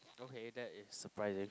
okay that is surprising